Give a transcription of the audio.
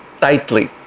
tightly